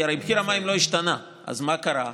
הרי מחיר המים לא השתנה, אז מה קרה?